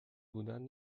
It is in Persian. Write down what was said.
بودن